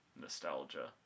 nostalgia